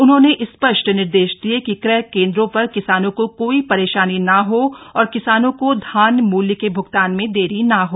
उन्होंने स्पष्ट निर्देश दिये कि क्रय केन्द्रों पर किसानों को कोई परेशानी न हो और किसानों को धान मूल्य के भ्गतान में देरी न हो